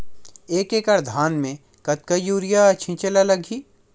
एक एकड़ धान में कतका यूरिया छिंचे ला लगही?